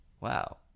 Wow